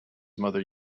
mother